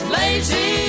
lazy